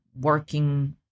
working